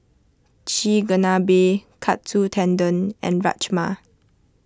Chigenabe Katsu Tendon and Rajma